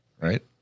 Right